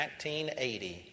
1980